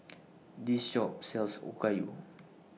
This Shop sells Okayu